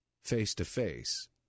face-to-face